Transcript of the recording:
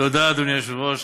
אדוני היושב-ראש,